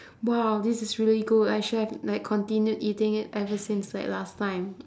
!wow! this is really good I should have like continued eating it ever since like last time